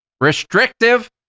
restrictive